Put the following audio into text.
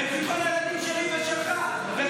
כשמתנים את ביטחון המדינה ואת ביטחון הילדים שלי ושלך בפוליטיקה.